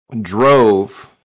drove